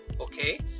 okay